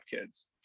Kids